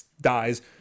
dies